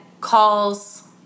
calls